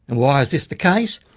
and why is this the case?